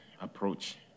approach